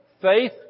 Faith